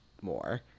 more